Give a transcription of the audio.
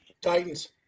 titans